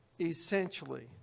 Essentially